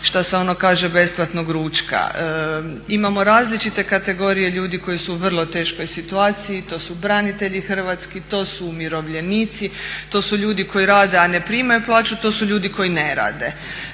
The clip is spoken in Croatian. šta se ono kaže besplatnog ručka, imao različite kategorije ljudi koji su u vrlo teškoj situaciji to su branitelji hrvatski, to su umirovljenici, to su ljudi koji rade a ne primaju plaću, to su ljudi koji ne rade.